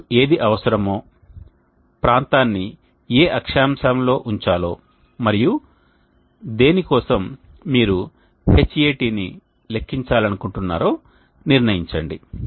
మీకు ఏది అవసరమో ప్రాంతాన్ని ఏ అక్షాంశంలో ఉంచాలో మరియు దేని కోసం మీరు Hat ని లెక్కించాలను కుంటున్నారో నిర్ణయించండి